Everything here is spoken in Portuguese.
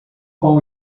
com